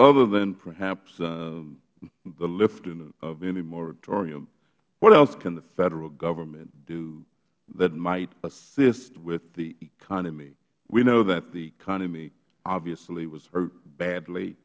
other than perhaps the listing of any moratorium what else can the federal government do that might assist with the economy we know that the economy obviously was hurt badly